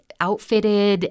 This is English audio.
outfitted